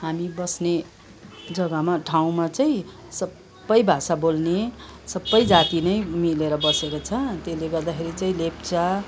हामी बस्ने जग्गामा ठाउँमा चाहिँ सबै भाषा बोल्ने सबै जाति नै मिलेर बसेको छ त्यसले गर्दाखेरि चाहिँ लेप्चा